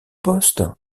poste